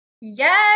Yes